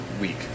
week